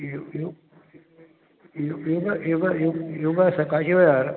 you यो यु योगा योगा यो योगा सकाळची वेळार